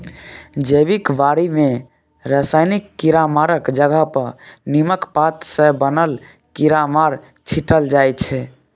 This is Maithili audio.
जैबिक बारी मे रासायनिक कीरामारक जगह पर नीमक पात सँ बनल कीरामार छीटल जाइ छै